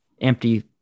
empty